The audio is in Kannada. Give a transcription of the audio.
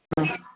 ಹಾಂ